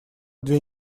две